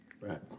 Right